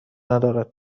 ندارد